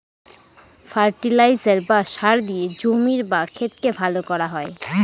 fertiliser বা সার দিয়ে জমির বা ক্ষেতকে ভালো করা হয়